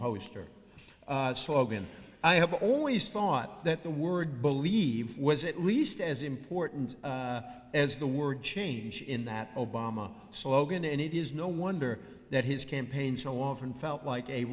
poster slogan i have always thought that the word believe was at least as important as the word change in that obama slogan and it is no wonder that his campaign so often felt like a